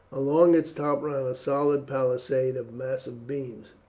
along its top ran a solid palisade of massive beams,